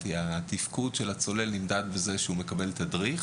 התפקוד של הצולל נמדד בזה שהוא מקבל תדריך,